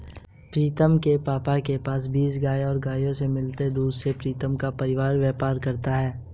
प्रीतम के पापा के पास बीस गाय हैं गायों से मिला दूध से प्रीतम का परिवार व्यापार करता है